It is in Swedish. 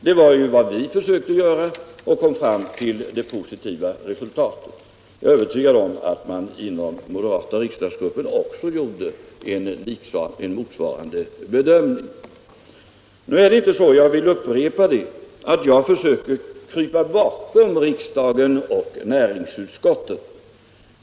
Det var ju vad vi försökte göra, när vi kom fram till det positiva resultatet. Jag är övertygad om att man inom den moderata riksdagsgruppen också gjorde en motsvarande bedömning. Nu är det inte så, jag vill upprepa det, att jag försöker krypa bakom riksdagen och näringsutskottet.